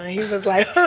he was like, ohhh,